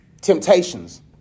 temptations